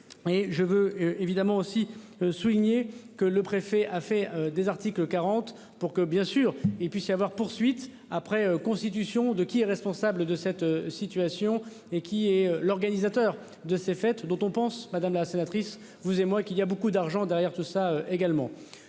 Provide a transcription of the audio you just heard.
Oui je veux évidemment aussi souligné que le préfet a fait des articles 40 pour que bien sûr et puis s'y avoir poursuite après constitution de qui est responsable de cette situation et qui est l'organisateur de ces fêtes dont on pense Madame la sénatrice, vous et moi qu'il y a beaucoup d'argent derrière tout ça également.